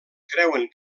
creuen